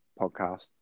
podcast